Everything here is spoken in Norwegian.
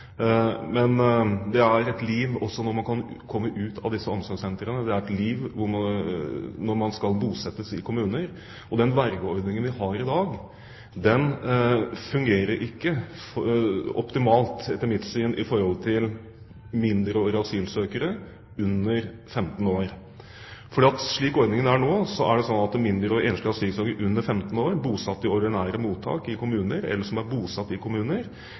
Men det er et liv også når man kommer ut av disse omsorgssentrene. Det er et liv når man skal bosettes ute i kommunene. Den vergeordningen vi har i dag, fungerer ikke optimalt etter mitt syn i forhold til mindreårige asylsøkere under 15 år. For slik ordningen er nå, er det slik at mindreårige enslige asylsøkere under 15 år som er bosatt i ordinære mottak i kommuner eller som er bosatt i kommuner,